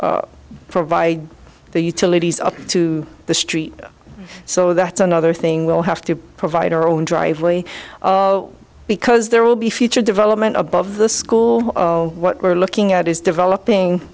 provide the utilities up to the street so that's another thing we'll have to provide our own driveway because there will be future development above the school what we're looking at is developing